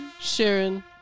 Sharon